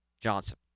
Johnson